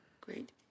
Great